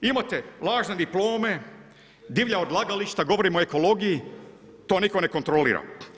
Imate lažne diplome, divlja odlagališta, govorimo o ekologiji, to nitko ne kontrolira.